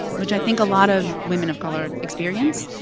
which i think a lot of women of color experience.